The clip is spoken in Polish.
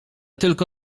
tylko